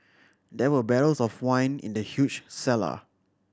there were barrels of wine in the huge cellar